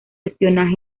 espionaje